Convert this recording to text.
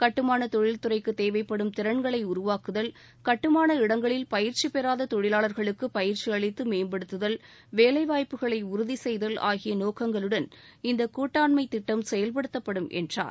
கட்டுமான தொழில் துறைக்கு தேவைப்படும் திறன்களை உருவாக்குதல் கட்டுமான இடங்களில் பயிற்சிப்பெறாத தொழிலாளர்களுக்கு பயிற்சி அளித்து மேம்படுத்துதல் வேலைவாய்ப்புகளை உறுதி செய்தல் ஆகிய நோக்கங்களுடன் இந்த கூட்டாண்மைத் திட்டம் செயல்படுத்தப்படும் என்றார்